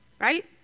right